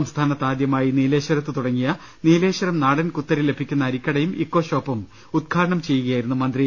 സംസ്ഥാനത്ത് ആദ്യമായി നീലേശ്വരത്ത് തുടങ്ങിയ നീലേശ്വരം നാടൻ കുത്തരി ലഭിക്കുന്ന അരിക്കടയും ഇക്കോഷോപ്പും ഉദ്ഘാടനം ചെയ്യുക യായിരുന്നു അദ്ദേഹം